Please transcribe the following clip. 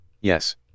Yes